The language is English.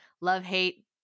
love-hate